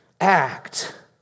act